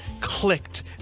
clicked